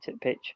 pitch